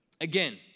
Again